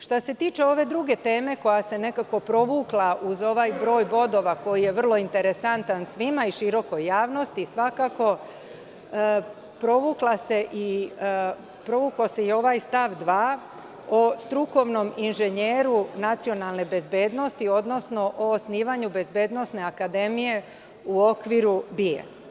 Što se tiče ove druge teme, koja se nekako provukla uz ovaj broj bodova koji je vrlo interesantan svima i širokoj javnosti, provukao se i ovaj stav 2. o strukovnom inženjeru nacionalne bezbednosti, odnosno o osnivanju bezbednosne akademije u okviru BIA.